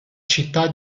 città